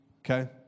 okay